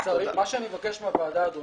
אני מבקש מהוועדה, אדוני,